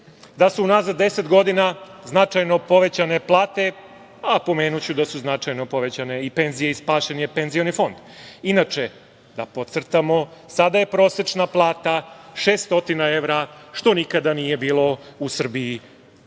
da su unazad 10 godina značajno povećane plate, a pomenuću da su značajno povećane i penzije i spašen je Penzioni fond. Inače, da podsetim, sada je prosečna plata 600 evra, što nikada nije bilo u Srbiji